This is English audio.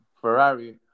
Ferrari